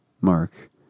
Mark